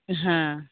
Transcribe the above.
ᱦᱮᱸ